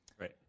Right